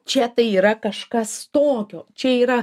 čia tai yra kažkas tokio čia yra